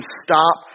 stop